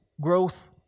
growth